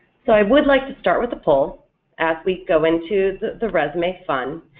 so i would like to start with a poll as we go into the resume fun,